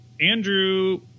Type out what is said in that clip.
Andrew